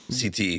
CT